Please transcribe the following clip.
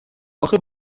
اخه